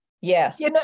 Yes